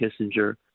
Kissinger